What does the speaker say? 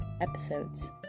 episodes